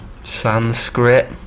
sanskrit